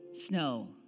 Snow